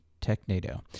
technado